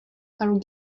are